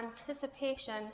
anticipation